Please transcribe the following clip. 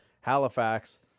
Halifax